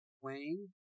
Wayne